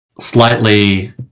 slightly